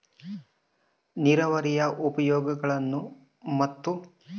ನೇರಾವರಿಯ ಉಪಯೋಗಗಳನ್ನು ಮತ್ತು?